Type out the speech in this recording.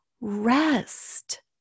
rest